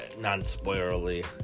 non-spoilerly